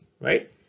Right